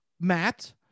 Matt